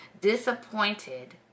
disappointed